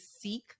seek